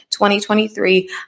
2023